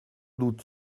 doute